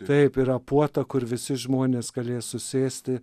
taip yra puota kur visi žmonės galės susėsti